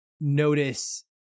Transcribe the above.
notice